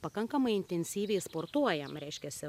pakankamai intensyviai sportuojam reiškiasi